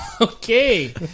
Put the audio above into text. Okay